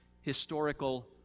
historical